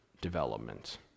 development